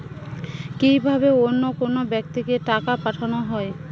কি ভাবে অন্য কোনো ব্যাক্তিকে টাকা পাঠানো হয়?